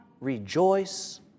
rejoice